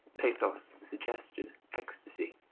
pathos, suggestion, ecstasy,